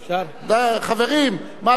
חברים, מה, אתם לא חסים על מרגי?